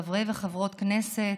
חברי וחברות הכנסת,